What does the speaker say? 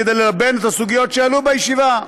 כדי ללבן את הסוגיות שעלו בישיבה.